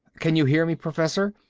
can you hear me, professor.